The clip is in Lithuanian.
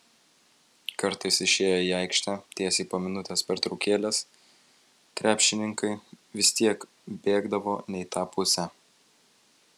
kartais išėję į aikštę tiesiai po minutės pertraukėlės krepšininkai vis tiek bėgdavo ne į tą pusę